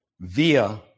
via